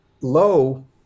low